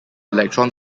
electron